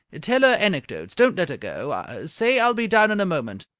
tell her anecdotes! don't let her go. say i'll be down in a moment.